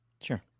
Sure